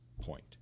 point